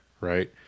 right